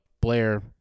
Blair